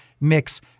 mix